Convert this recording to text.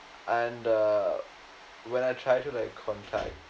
and uh when I try to like contact